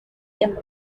yellow